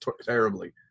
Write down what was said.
terribly